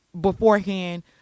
beforehand